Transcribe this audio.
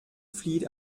flieht